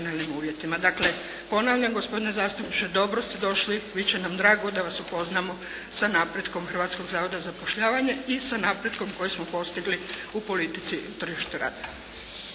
Dakle, ponavljam gospodine zastupniče, dobro ste došli, bit će nam drago da vas upoznamo sa napretkom Hrvatskom zavoda za zapošljavanje i sa napretkom koje smo postigli u politici na tržištu rada.